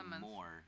more